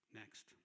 next